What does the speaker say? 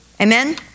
Amen